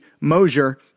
Mosier